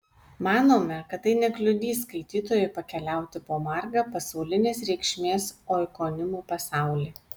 manome kad tai nekliudys skaitytojui pakeliauti po margą pasaulinės reikšmės oikonimų pasaulį